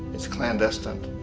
it's clandestine.